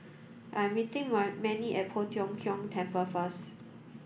I am meeting Mannie at Poh Tiong Kiong Temple first